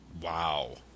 Wow